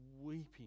weeping